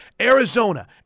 Arizona